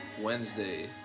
Wednesday